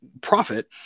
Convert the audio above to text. profit